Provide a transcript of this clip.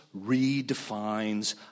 redefines